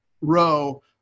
row